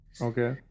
Okay